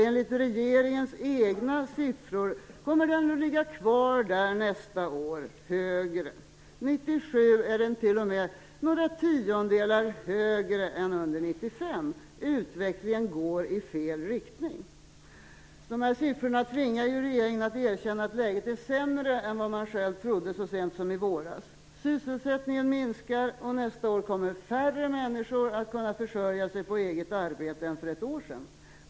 Enligt regeringens egna siffror kommer den att ligga kvar där nästa år eller vara högre. 1997 kommer den rent av att vara några tiondelar högre än under 1995. Utvecklingen går i fel riktning. Dessa siffror tvingar ju regeringen att erkänna att läget är sämre än man vad man själv trodde så sent som i våras. Sysselsättningen minskar, och nästa år kommer färre människor att kunna försörja sig på eget arbete än för ett år sedan.